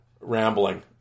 rambling